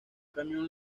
camión